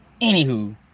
Anywho